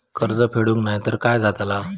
कर्ज फेडूक नाय तर काय जाताला?